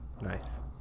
nice